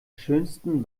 schönsten